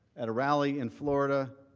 at a rally in florida,